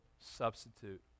substitute